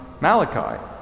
Malachi